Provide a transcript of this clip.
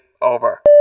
over